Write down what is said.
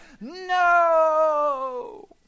no